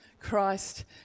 Christ